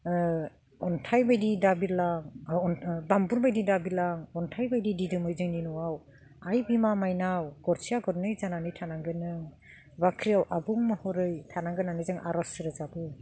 अन्थाइ बादि दाबिरलां बामब्रु बायदि दाबिरलां अन्थाइ बायदि दिदोमै जोंनि न'आव आइ बिमा माइनाव गरसेया गरनै जानानै थानांगोन नों बाख्रियाव आबुं महरै थानांगोन होननानै जों आर'ज रोजाबो